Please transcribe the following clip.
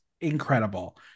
incredible